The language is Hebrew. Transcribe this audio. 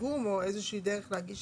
האם יש תרגום, או איזושהי דרך להגיש